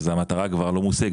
אז המטרה כבר לא מושגת.